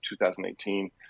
2018